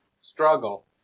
struggle